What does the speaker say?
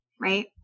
right